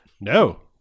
No